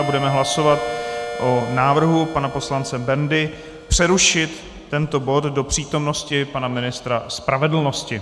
Budeme hlasovat o návrhu pana poslance Bendy přerušit tento bod do přítomnosti pana ministra spravedlnosti.